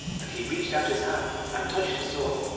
and he reached out his hand and touched the sword,